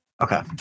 Okay